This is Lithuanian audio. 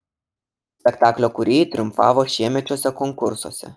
spektaklio kūrėjai triumfavo šiemečiuose konkursuose